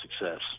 success